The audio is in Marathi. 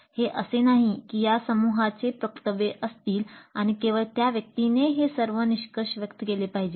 हे असे नाही की या समूहाचे प्रवक्ते असतील आणि केवळ त्या व्यक्तीने हे सर्व निष्कर्ष व्यक्त केले पाहिजेत